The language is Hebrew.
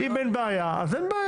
אם אין בעיה אז אין בעיה.